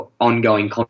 ongoing